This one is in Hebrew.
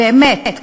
באמת.